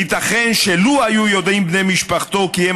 ייתכן שלו היו יודעים בני משפחתו כי הם